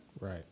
Right